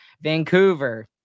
vancouver